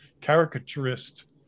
caricaturist